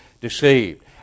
deceived